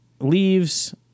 leaves